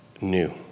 new